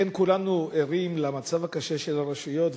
אכן כולנו ערים למצב הקשה של הרשויות,